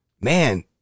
man